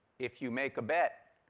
if you make a bet,